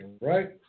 right